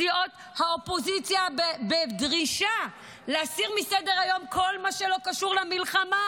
סיעות האופוזיציה בדרישה להסיר מסדר-היום כל מה שלא קשור למלחמה.